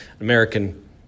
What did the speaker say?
American